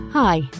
Hi